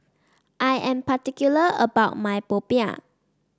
I am particular about my popiah